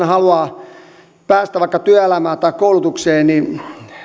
haluaa päästä vaikka työelämään tai koulutukseen niin